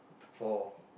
for